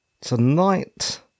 tonight